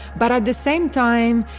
but at the same time,